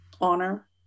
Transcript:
honor